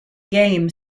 game